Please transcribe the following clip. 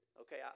Okay